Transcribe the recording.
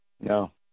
No